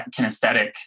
kinesthetic